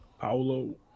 Paolo